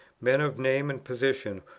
men of name and position,